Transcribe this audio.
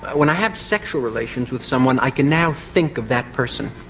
when i have sexual relations with someone i can now think of that person